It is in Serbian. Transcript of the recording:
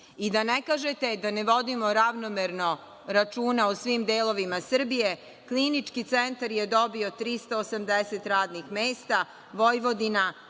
I da ne kažete da ne vodimo ravnomerno računa o svim delovima Srbije, Klinički centar je dobio 380 radnih mesta, Vojvodina